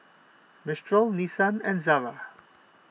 Mistral Nissan and Zara